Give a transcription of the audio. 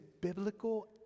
biblical